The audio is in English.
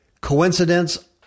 Coincidence